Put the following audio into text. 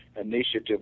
initiative